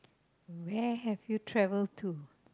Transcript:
where have you travel to